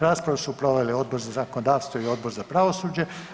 Raspravu su proveli Odbor za zakonodavstvo i Odbor za pravosuđe.